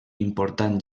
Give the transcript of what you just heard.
important